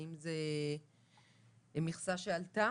האם זו מכסה שעלתה